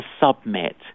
submit